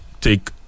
take